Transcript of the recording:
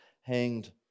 hanged